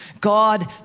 God